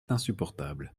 insupportable